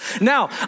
Now